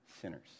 sinners